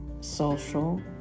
social